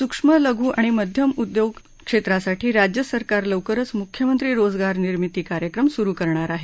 सूक्ष्म लघु आणि मध्यम उद्योग क्षेत्रासाठी राज्य सरकार लवकरच मुख्यमंत्री रोजगार निर्मिती कार्यक्रम सुरु करणार आहे